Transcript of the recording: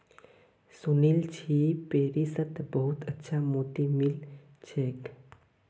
सुनील छि पेरिसत बहुत अच्छा मोति मिल छेक